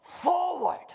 forward